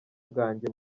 bwanjye